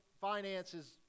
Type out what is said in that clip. finances